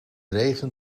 regen